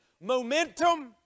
momentum